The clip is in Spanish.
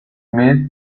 smith